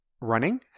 running